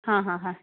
हां हां हां